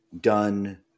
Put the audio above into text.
done